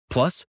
Plus